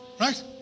Right